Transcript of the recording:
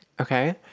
okay